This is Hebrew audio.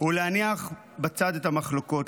הוא להניח בצד את המחלוקות,